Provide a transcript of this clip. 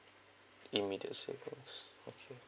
immediate savings okay